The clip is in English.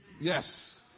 Yes